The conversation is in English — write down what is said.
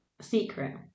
secret